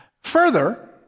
Further